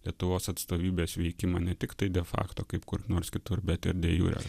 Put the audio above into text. lietuvos atstovybės veikimą ne tik tai de facto kaip kur nors kitur bet ir de jure